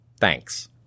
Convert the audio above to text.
Thanks